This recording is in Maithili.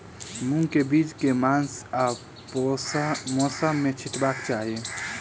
मूंग केँ बीज केँ मास आ मौसम मे छिटबाक चाहि?